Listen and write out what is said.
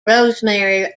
rosemary